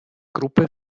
gruppe